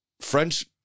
French